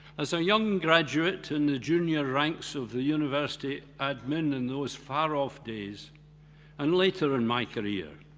as a young graduate and the junior ranks of the university admin in those far off days and later in my career,